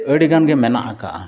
ᱟᱹᱰᱤᱜᱟᱱᱼᱜᱮ ᱢᱮᱱᱟᱜ ᱟᱠᱟᱫᱟ